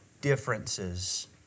differences